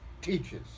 Teaches